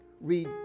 read